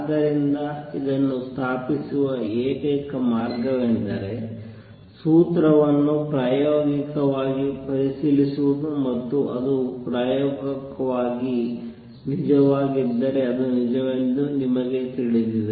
ಆದ್ದರಿಂದ ಇದನ್ನು ಸ್ಥಾಪಿಸುವ ಏಕೈಕ ಮಾರ್ಗವೆಂದರೆ ಸೂತ್ರವನ್ನು ಪ್ರಾಯೋಗಿಕವಾಗಿ ಪರಿಶೀಲಿಸುವುದು ಮತ್ತು ಅದು ಪ್ರಾಯೋಗಿಕವಾಗಿ ನಿಜವಾಗಿದ್ದರೆ ಅದು ನಿಜವೆಂದು ನಿಮಗೆ ತಿಳಿದಿದೆ